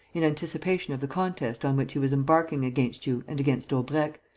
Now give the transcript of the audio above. in anticipation of the contest on which he was embarking against you and against daubrecq,